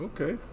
Okay